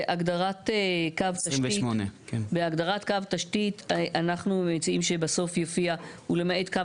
בהגדרת קו תשתית אנחנו מציעים שבסוף יופיע "ולמעט קו